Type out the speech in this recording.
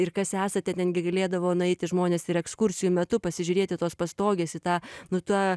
ir kas esate ten gi galėdavo nueiti žmonės ir ekskursijų metu pasižiūrėti tos pastogės į tą nu tą